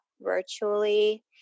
virtually